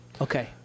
Okay